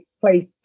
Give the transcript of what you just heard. place